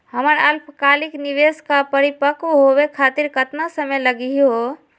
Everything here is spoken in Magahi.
हमर अल्पकालिक निवेस क परिपक्व होवे खातिर केतना समय लगही हो?